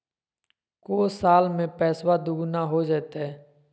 को साल में पैसबा दुगना हो जयते?